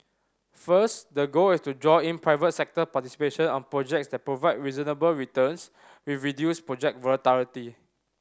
first the goal is to draw in private sector participation on projects that provide reasonable returns with reduced project volatility